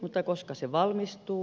mutta koska se valmistuu